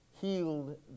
healed